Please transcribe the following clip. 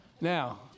Now